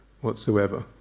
whatsoever